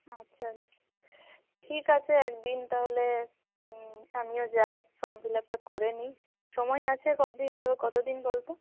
আচ্ছা ঠিক আছে এক দিন তাহলে আমিও যাই ফর্ম ফিলাপটা করে নিই সময় আছে কদ্দিন কবে কতো দিন বল তো